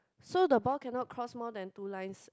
so the ball cannot cross more than two lines